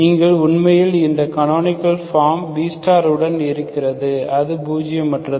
நீங்கள் உண்மையில் இந்த கனோனிக்கள் ஃபார்ம் B உடன் இருக்கிறது அது பூஜ்யமற்றது